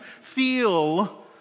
feel